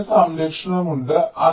ഒരുതരം സംരക്ഷണമുണ്ട്